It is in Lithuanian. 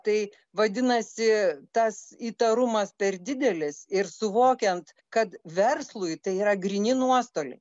tai vadinasi tas įtarumas per didelis ir suvokiant kad verslui tai yra gryni nuostoliai